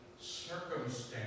circumstance